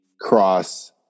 cross